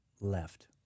left